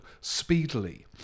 speedily